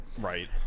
Right